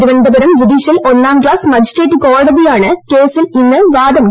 Thiruvananthapuram judicial ഒന്നാം class magistrate കോടതിയാണ് ക്കേസിൽ ഇന്ന് വാദം കേട്ടത്